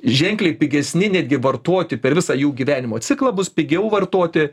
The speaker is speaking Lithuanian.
ženkliai pigesni netgi vartoti per visą jų gyvenimo ciklą bus pigiau vartoti